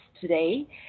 today